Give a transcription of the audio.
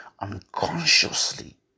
unconsciously